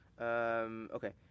Okay